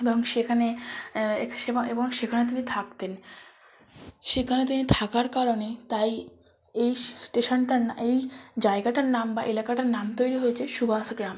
এবং সেখানে এবং সেখানে তিনি থাকতেন সেখানে তিনি থাকার কারণে তাই এই স্টেশানটার না এই জায়গাটার নাম বা এলাকাটার নাম তৈরি হয়েছে সুভাষগ্রাম